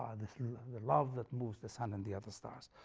ah the the love that moves the sun and the other stars,